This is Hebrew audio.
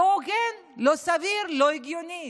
לא הוגן, לא סביר, לא הגיוני.